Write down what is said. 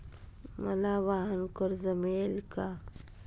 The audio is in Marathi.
मला वाहनकर्ज मिळेल का?